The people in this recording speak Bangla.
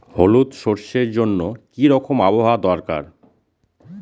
হলুদ সরষে জন্য কি রকম আবহাওয়ার দরকার?